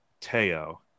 Teo